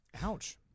Ouch